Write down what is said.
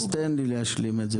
אז תן לי להשלים את זה.